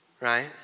Right